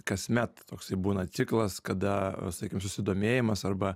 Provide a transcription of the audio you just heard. kasmet toksai būna ciklas kada sakykim susidomėjimas arba